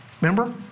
Remember